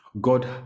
God